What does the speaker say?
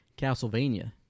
Castlevania